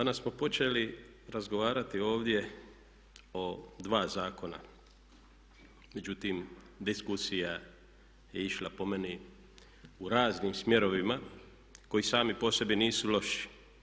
Danas smo počeli razgovarati ovdje o dva zakona, međutim diskusija je išla, po meni, u raznim smjerovima koji sami po sebi nisu loši.